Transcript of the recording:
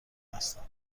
هستم